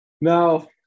No